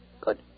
Good